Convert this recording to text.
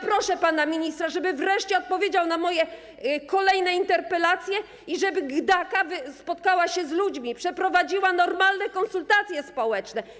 Proszę pana ministra, żeby wreszcie odpowiedział na moje kolejne interpelacje i żeby GDDKiA spotkała się z ludźmi i przeprowadziła normalne konsultacje społeczne.